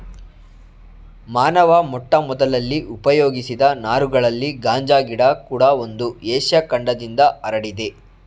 ಮಾನವ ಮೊಟ್ಟಮೊದಲಲ್ಲಿ ಉಪಯೋಗಿಸಿದ ನಾರುಗಳಲ್ಲಿ ಗಾಂಜಾ ಗಿಡ ಕೂಡ ಒಂದು ಏಷ್ಯ ಖಂಡದಿಂದ ಹರಡಿದೆ